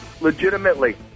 Legitimately